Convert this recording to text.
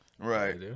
Right